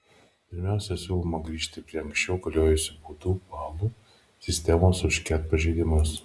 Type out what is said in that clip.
pirmiausia siūloma grįžti prie anksčiau galiojusios baudų balų sistemos už ket pažeidimus